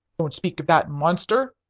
don't speak of that monster!